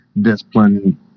discipline